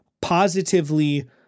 positively